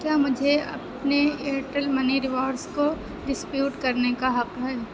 کیا مجھے اپنے ایئرٹیل منی ریوارڈس کو ڈسپیوٹ کرنے کا حق ہے